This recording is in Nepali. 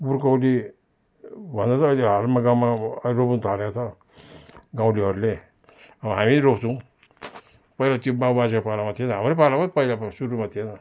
ब्रोकाउली भन्दैछ अहिले हालमा गाउँमा अब अहिले रोप्नु थालेको छ गाउँलेहरूले हामी रोप्छौँ पहिला त्यो बाउ बाजेको पालामा थिएन हाम्रै पालामा त पहिला सुरुमा थिएन